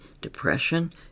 depression